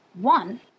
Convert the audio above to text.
one